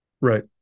Right